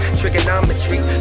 trigonometry